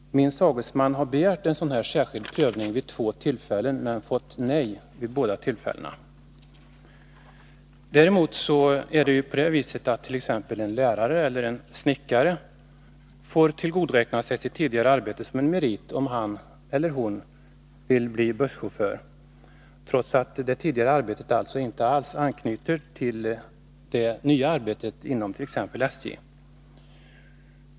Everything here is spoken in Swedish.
Min sagesman har vid två tillfällen begärt sådan särskild prövning, men fått nej vid båda tillfällena. Däremot får en lärare eller snickare tillgodoräkna sig sitt tidigare arbete som en merit om han eller hon vill bli busschaufför — trots att det tidigare arbetet inte alls anknyter till det nya arbetet inom t.ex. SJ.